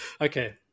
Okay